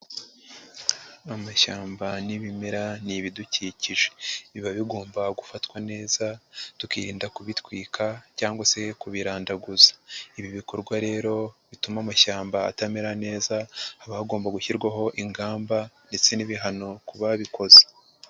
Amashyamba n'ibimera ni ibidukikije. Biba bigomba gufatwa neza tukirinda kubitwika cyangwa se kubirandaguza. Ibi bikorwa rero, bituma amashyamba atamera neza habaho hagomba gushyirwaho ingamba ndetse n'ibihano ku babikoze.